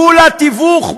כולה תיווך.